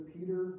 Peter